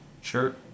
sure